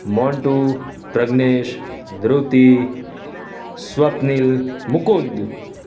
Montu Pragnesh Dhriti Swapnil Mukund